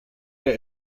der